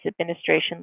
administration